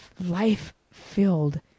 life-filled